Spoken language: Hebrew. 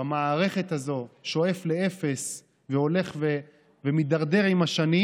במערכת הזו שואף לאפס והולך ומידרדר עם השנים,